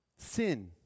Sin